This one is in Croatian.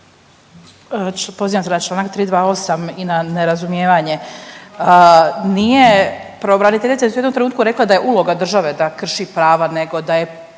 Pozivam se na članak 328. i na nerazumijevanje. Nije, pravobraniteljica je u jednom trenutku rekla da je uloga države da krši prava, nego da je